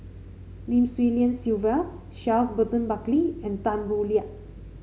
Lim Swee Lian Sylvia Charles Burton Buckley and Tan Boo Liat